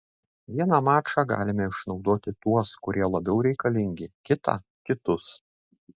vieną mačą galime išnaudoti tuos kurie labiau reikalingi kitą kitus